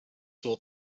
saw